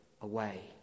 away